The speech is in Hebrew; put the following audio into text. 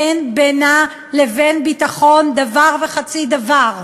אין בינה לבין ביטחון דבר וחצי דבר.